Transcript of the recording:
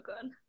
good